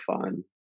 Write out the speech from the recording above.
fun